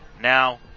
now